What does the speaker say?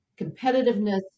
competitiveness